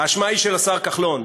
האשמה היא של השר כחלון,